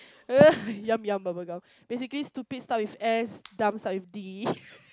err yum yum bubblegum basically stupid starts with S dumb starts with D